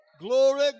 Glory